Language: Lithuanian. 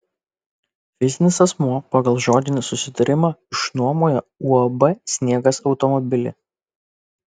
fizinis asmuo pagal žodinį susitarimą išnuomojo uab sniegas automobilį